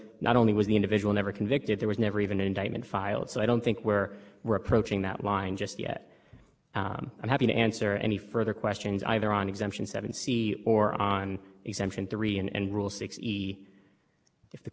filed so i don't think we're we're approaching that line just yet i'm happy to answer any further questions either on exemption seven c or on exemption three and rule six see if the court has any if not we're happy to rest on